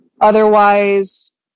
Otherwise